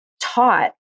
taught